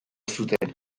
zuten